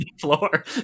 floor